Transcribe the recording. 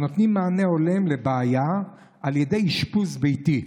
שנותנים מענה הולם לבעיה על ידי אשפוז ביתי,